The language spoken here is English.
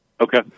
Okay